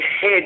head